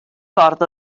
ffordd